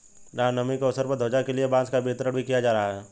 राम नवमी के अवसर पर ध्वजा के लिए बांस का वितरण किया जा रहा है